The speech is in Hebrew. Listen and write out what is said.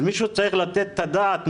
אז מישהו צריך לתת את הדעת,